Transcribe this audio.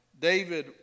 David